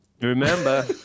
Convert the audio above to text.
Remember